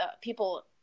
people